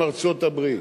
עם ארצות-הברית.